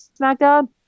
SmackDown